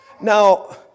Now